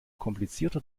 komplizierter